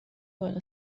بالا